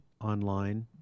online